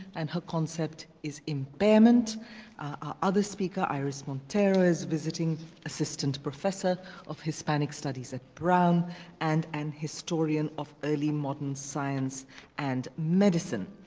and her concept is impairment. our other speaker iris montero is a visiting assistant professor of hispanic studies at brown and an historian of early modern science and medicine.